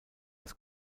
des